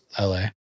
LA